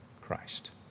Christ